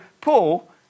Paul